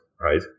right